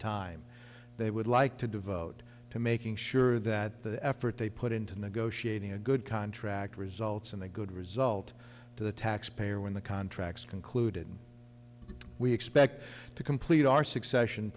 time they would like to devote to making sure that the effort they put into negotiating a good contract results in a good result to the taxpayer when the contracts concluded we expect to complete our succession